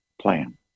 plan